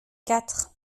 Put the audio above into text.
quatre